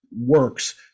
works